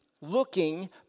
looking